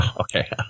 Okay